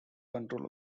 control